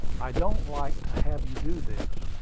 i don't like to have you do this.